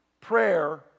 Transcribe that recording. prayer